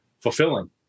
fulfilling